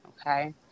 okay